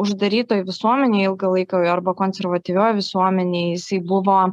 uždarytoj visuomenėj ilgą laiką arba konservatyvioj visuomenėj jisai buvo